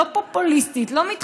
לא פופוליסטית,